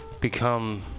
become